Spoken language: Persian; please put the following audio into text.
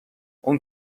اون